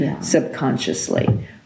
subconsciously